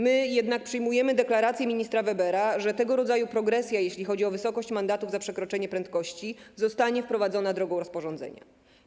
My jednak przyjmujemy deklarację ministra Webera, że tego rodzaju progresja, jeśli chodzi o wysokość mandatów za przekroczenie prędkości, zostanie wprowadzona drogą rozporządzenia.